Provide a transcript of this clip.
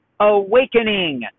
Awakening